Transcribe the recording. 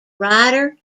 writer